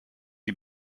die